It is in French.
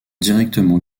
directement